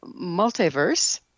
multiverse